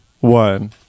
one